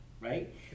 right